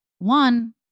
One